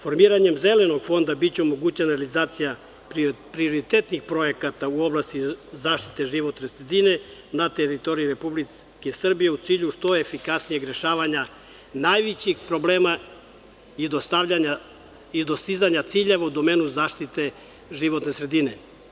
Formiranjem zelenog fonda biće omogućena realizacija prioritetnih projekata u oblasti zaštite životne sredine na teritoriji Republike Srbije, u cilju što efikasnijeg rešavanja najvećih problema i dostizanja ciljeva u domenu zaštite životne sredine.